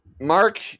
mark